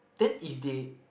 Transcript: then if they